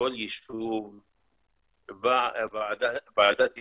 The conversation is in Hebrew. בכל יישוב ועדת קבורה,